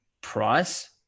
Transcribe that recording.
price